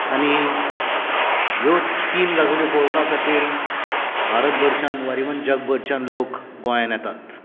आनी ह्यो तीन गजाली पळोवपा खातीर भारत भरच्यान ओर इवन जग भरच्यान लोक गोंयांत येतात